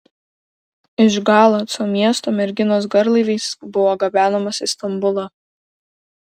iš galaco miesto merginos garlaiviais buvo gabenamos į stambulą